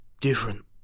Different